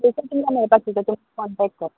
थंयसर तुमकां मेळपा शकता तुमी कॉन्टेक्ट कर